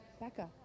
Becca